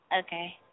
okay